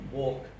walk